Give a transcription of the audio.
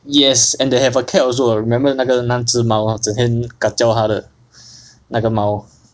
yes and they have a cat also I remember 那个那只猫 lah 整天 kacau 他的那个猫